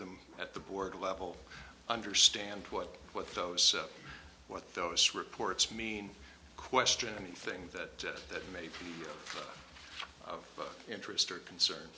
them at the board level understand what what those what those reports mean question anything that that may be of interest or concern